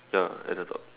ya at the top